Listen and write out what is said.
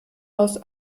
aus